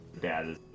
Dad